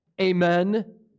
Amen